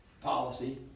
policy